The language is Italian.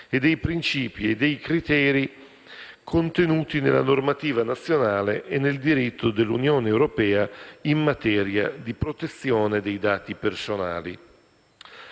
e dei principi e dei criteri contenuti nella normativa nazionale e nel diritto dell'Unione europea in materia di protezione dei dati personali,